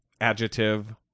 adjective